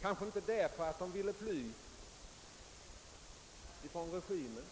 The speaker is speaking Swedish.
utan att ha velat fly från regimen där.